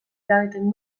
eragiten